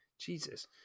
Jesus